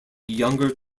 younger